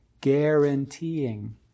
guaranteeing